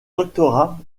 doctorat